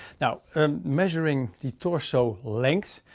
now and measuring the torso length